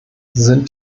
sind